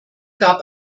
gab